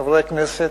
חברי הכנסת,